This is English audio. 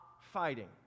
fighting